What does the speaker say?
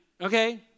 Okay